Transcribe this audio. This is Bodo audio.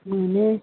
मोनो